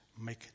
make